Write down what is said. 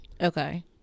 Okay